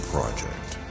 Project